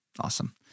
awesome